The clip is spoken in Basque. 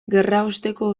gerraosteko